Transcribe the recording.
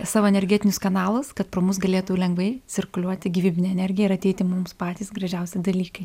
savo energetinius kanalus kad pro mus galėtų lengvai cirkuliuoti gyvybinė energija ir ateiti mums patys gražiausi dalykai